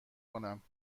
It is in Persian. کنم